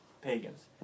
pagans